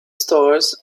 stores